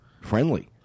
friendly